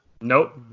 Nope